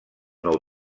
nou